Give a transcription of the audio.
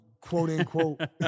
quote-unquote